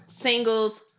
singles